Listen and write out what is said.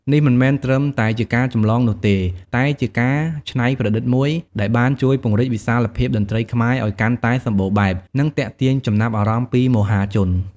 នេះមិនមែនត្រឹមតែជាការចម្លងនោះទេ តែជាការច្នៃប្រឌិតមួយដែលបានជួយពង្រីកវិសាលភាពតន្ត្រីខ្មែរឲ្យកាន់តែសម្បូរបែប និងទាក់ទាញចំណាប់អារម្មណ៍ពីមហាជន។